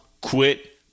quit